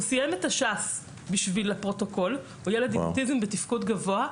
הוא סיים את תש"ס בשביל הפרוטוקול הוא ילד עם אוטיזם בתפקוד גבוה.